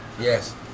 Yes